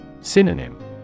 Synonym